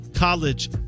College